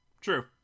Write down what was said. true